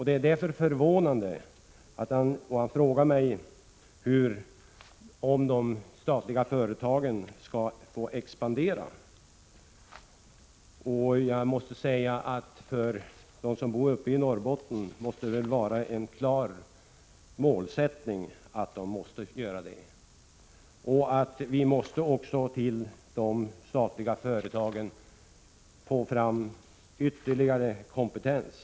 Det är därför förvånande att han frågar mig om de statliga företagen skall få expandera. För den som bor i Norrbotten måste det vara en klar målsättning att så skall bli fallet liksom att de statliga företagen måste tillföras ytterligare kompetens.